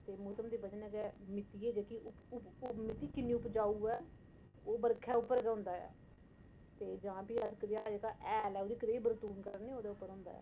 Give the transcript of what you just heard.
ते मौसम दी बजह् कन्नै गै मित्ती जेह्की उप उप मित्ती कि'न्नी उपजाऊ ऐ ओह् बरखा उप्पर गै होंदा ऐ ते जां भी अस कदेहा जेह्का हैल ऐ ओह्दी कदेही बरतून करने ओह्दे उप्पर होंदा ऐ